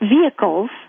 vehicles